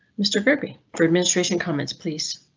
mr gregory. for administration comments please.